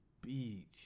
beach